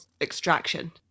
extraction